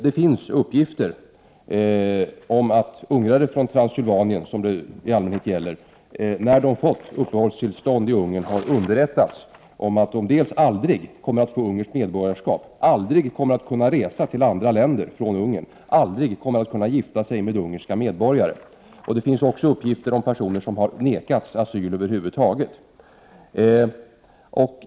Det finns uppgifter om att ungrare från Transsylvanien, som det i allmänhet gäller, när de fått uppehållstillstånd i Ungern underrättats om att de dels aldrig kommer att få ungerskt medborgarskap, dels aldrig kommer att kunna resa till andra länder från Ungern, dels aldrig kommer att kunna gifta sig med ungerska medborgare. Det finns också uppgifter om att personer har vägrats asyl över huvud taget.